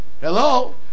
Hello